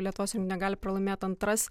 lietuvos rinktinė negali pralaimėt antras